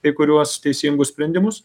kai kuriuos teisingus sprendimus